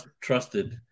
trusted